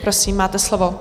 Prosím, máte slovo.